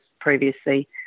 previously